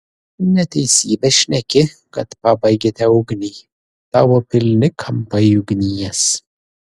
neteisybę šneki kad pabaigėte ugnį tavo pilni kampai ugnies